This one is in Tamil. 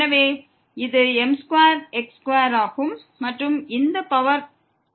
எனவே இது m2x2 ஆகும் மற்றும் இந்த பவர் 3